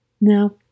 Now